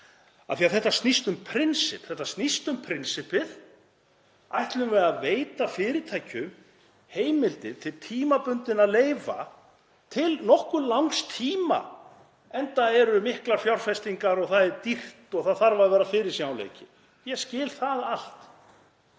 auðvitað með kjafti og klóm. Þetta snýst um prinsippið: Ætlum við að veita fyrirtækjum heimildir til tímabundinna leyfa til nokkuð langs tíma, enda eru miklar fjárfestingar og það er dýrt og það þarf að vera fyrirsjáanleiki? Ég skil það allt.